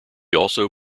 also